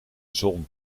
zon